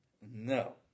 No